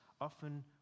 often